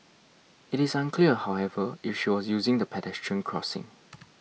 it is unclear however if she was using the pedestrian crossing